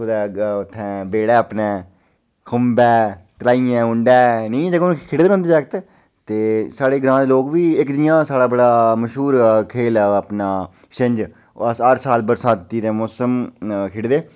कुतै उत्थै बेह्ड़ै अपने खुम्बै तराइयै दे मुंढै नेहियें जगह उप्पर खिड़दे रौह्दे जागत ते साढ़े ग्रांऽ दे लोक बी इक जियां साढ़ा बड़ा मश्हूर खेल ऐ अपना छिंज अस हर साल बरसाती दे मोसम खिड़दे